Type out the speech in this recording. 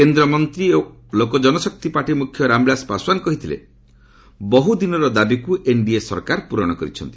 କେନ୍ଦ୍ର ମନ୍ତ୍ରୀ ଏବଂ ଲୋକଜନଶକ୍ତି ପାର୍ଟି ମୁଖ୍ୟ ରାମବିଳାଶ ପାଶଓ୍ପାନ୍ କହିଥିଲେ ବହୁ ଦିନର ଦାବିକୁ ଏନ୍ଡିଏ ସରକାର ପୂରଣ କରିଛନ୍ତି